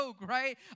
right